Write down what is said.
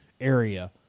area